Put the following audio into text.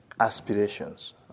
aspirations